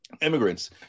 immigrants